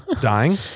dying